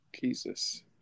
Jesus